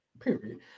Period